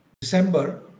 December